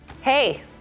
Hey